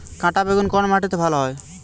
কাঁটা বেগুন কোন মাটিতে ভালো হয়?